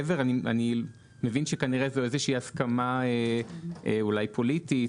אני מבין שכנראה זאת איזושהי הסכמה אולי פוליטית